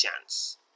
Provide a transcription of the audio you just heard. chance